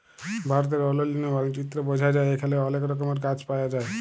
ভারতের অলন্য মালচিত্রে বঝা যায় এখালে অলেক রকমের গাছ পায়া যায়